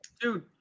Dude